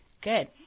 good